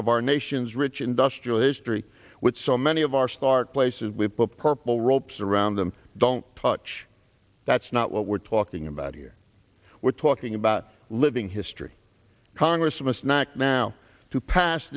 of our nation's rich industrialist tree with so many of our stark places we put purple ropes around them don't touch that's not what we're talking about here we're talking about living history congress must not now to pass